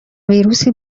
ویروسی